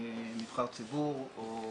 נבחר ציבור או